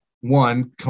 one